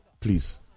please